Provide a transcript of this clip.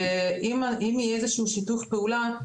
ואם יהיה איזשהו שיתוף פעולה,